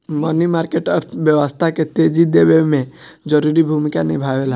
मनी market अर्थव्यवस्था के तेजी देवे में जरूरी भूमिका निभावेला